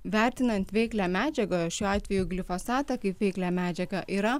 vertinant veiklią medžiagą šiuo atveju glifosatą kaip veiklią medžiagą yra